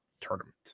tournament